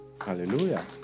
Hallelujah